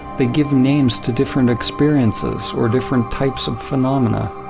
they give names to different experiences or different types of phenomena